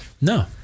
No